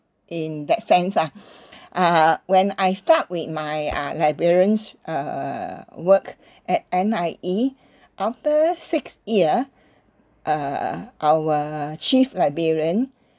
in that sense ah uh when I start with my uh librarians err work at N_I_E after six year err our chief librarian